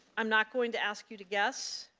i'm not going to ask you to guess.